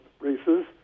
races